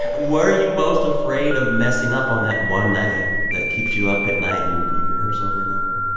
what are you most afraid of messing up on that one night that keeps you up at night and you rehearse over and over?